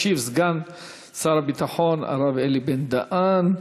ישיב סגן שר הביטחון הרב אלי בן-דהן.